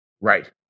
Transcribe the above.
Right